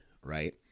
right